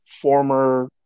former